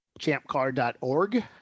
champcar.org